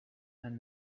and